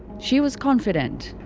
she was confident.